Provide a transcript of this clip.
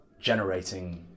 generating